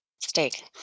steak